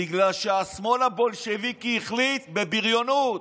בגלל שהשמאל הבולשביקי החליט בבריונות,